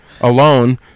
alone